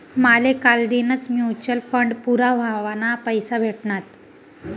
माले कालदीनच mutual fund पूरा व्हवाना पैसा भेटनात